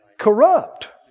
corrupt